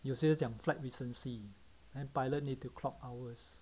有些讲 flight recency then pilot need to clock hours